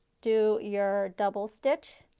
do your double stitch,